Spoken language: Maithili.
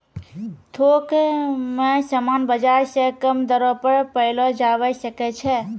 थोक मे समान बाजार से कम दरो पर पयलो जावै सकै छै